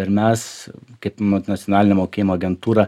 ir mes kaip nacionalinė mokėjimo agentūra